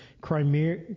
Crimea